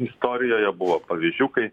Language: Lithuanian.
istorijoje buvo pavyzdžių kai